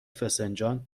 فسنجان